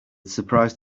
surprised